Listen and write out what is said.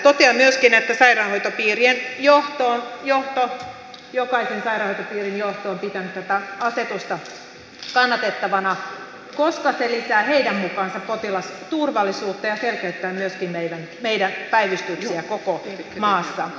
totean myöskin että jokaisen sairaanhoitopiirin johto on pitänyt tätä asetusta kannatettavana koska se lisää heidän mukaansa potilasturvallisuutta ja selkeyttää myöskin päivystyksiä koko maassa